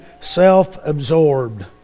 self-absorbed